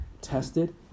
tested